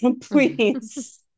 please